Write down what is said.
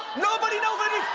nobody. no!